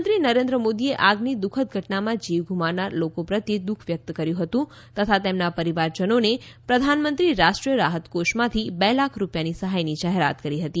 પ્રધાનમંત્રી નરેન્દ્ર મોદીએ આગની દુઃખદ ઘટનામાં જીવ ગુમાવનાર લોકો પ્રત્યે દુઃખ વ્યક્ત કર્યું હતું તથા તેમના પરિવારજનોને પ્રધાનમંત્રી રાષ્ટ્રીય રાહત કોષમાંથી બે લાખ રૂપિયાની સહાયની જાહેરાત કરી હતી